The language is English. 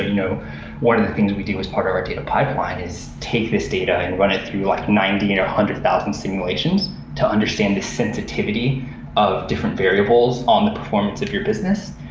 you know one of the things we do as part of data pipeline is take this data and run it through like ninety, one you know hundred thousand simulations to understand the sensitivity of different variables on the performance of your business.